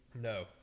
No